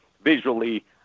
visually